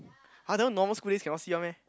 other normal school days cannot see one meh